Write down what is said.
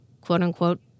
quote-unquote